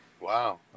Wow